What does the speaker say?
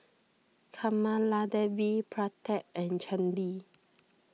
Kamaladevi Pratap and Chandi